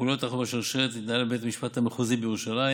כשהחוליה האחרונה בשרשרת התנהלה בבית המשפט המחוזי בירושלים